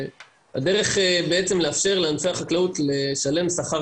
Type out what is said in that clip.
הדרך בעצם לאפשר לענפי החקלאות לשלם שכר